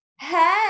hey